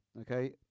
okay